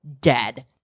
dead